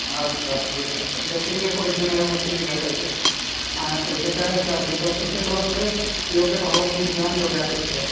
अच्छा ठीक आहे ते लायटिंग डेकोरेशन ह्या गोष्टी दिल्या पाहिजे आहेत त्याचे काय चार्जेस असेल ते थोडंसं योग्य भावामध्ये घ्या एवढी अपेक्षा आहे